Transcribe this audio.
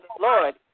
Lord